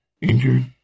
injured